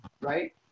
right